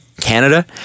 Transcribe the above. Canada